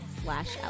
slash